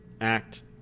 act